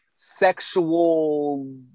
sexual